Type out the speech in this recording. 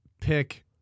pick